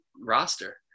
roster